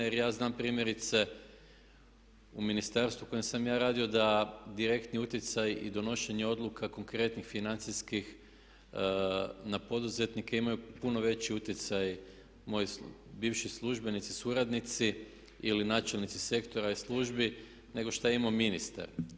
Jer ja znam primjerice u ministarstvu u kojem sam ja radio da direktni utjecaj i donošenje odluka konkretnih financijskih na poduzetnike imaju puno veći utjecaj moji bivši službenici, suradnici ili načelnici sektora i službi, nego što je imao ministar.